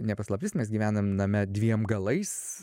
ne paslaptis mes gyvenam name dviem galais